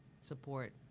support